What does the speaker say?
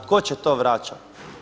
Tko će to vraćati?